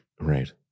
Right